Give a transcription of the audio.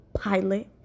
pilot